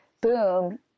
boom